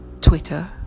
Twitter